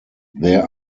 there